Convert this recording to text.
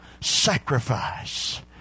sacrifice